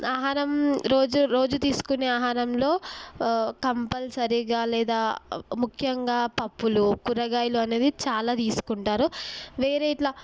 ఆహారం రోజు రోజు తీసుకునే ఆహారంలో కంపల్సరిగా లేదా ముఖ్యంగా పప్పులు కూరగాయలు అనేది చాలా తీసుకుంటారు వేరే ఇట్లా